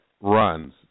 runs